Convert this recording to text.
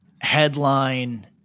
headline